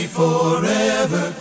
forever